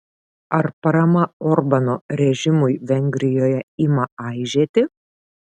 ar parama orbano režimui vengrijoje ima aižėti